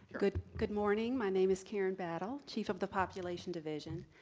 good good morning. my name is karen battle, chief of the population division.